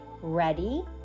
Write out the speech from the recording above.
Ready